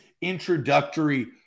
introductory